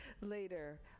later